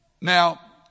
Now